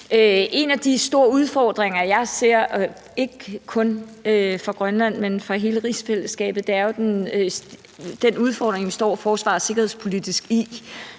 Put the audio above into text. En af de store udfordringer, jeg ser, ikke kun for Grønland, men for hele rigsfællesskabet, er jo den udfordring, vi står i forsvars- og sikkerhedspolitisk.